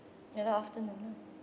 ya lah afternoon